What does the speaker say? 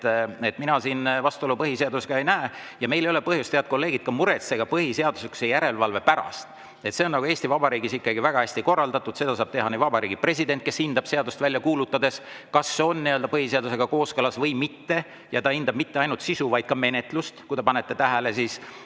et mina siin vastuolu põhiseadusega ei näe. Meil ei ole põhjust, head kolleegid, muretseda ka põhiseaduslikkuse järelevalve pärast. See on Eesti Vabariigis ikkagi väga hästi korraldatud. Seda saab teha Vabariigi President, kes hindab seadust välja kuulutades, kas see on põhiseadusega kooskõlas või mitte, ja ta hindab mitte ainult sisu, vaid ka menetlust. Pange tähele,